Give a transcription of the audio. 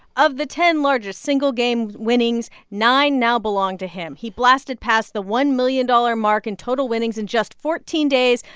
of the ten largest single-game winnings, nine now belong to him. he blasted past the one million dollars mark in total winnings in just fourteen days,